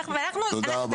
אוקיי, תודה רבה.